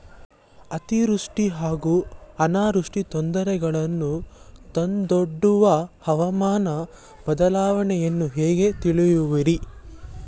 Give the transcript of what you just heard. ಅತಿವೃಷ್ಟಿ ಹಾಗೂ ಅನಾವೃಷ್ಟಿ ತೊಂದರೆಗಳನ್ನು ತಂದೊಡ್ಡುವ ಹವಾಮಾನ ಬದಲಾವಣೆಯನ್ನು ಹೇಗೆ ತಿಳಿಯುವಿರಿ?